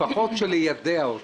ליידע אותם.